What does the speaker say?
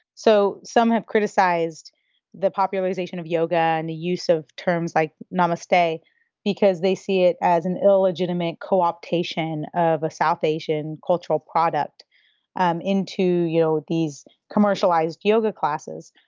so some have criticized the popularization of yoga and the use of terms like! namaste! because they see it as an illegitimate co-optation of a south asian cultural product um into, you know, these commercialized yoga classes.